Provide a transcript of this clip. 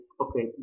okay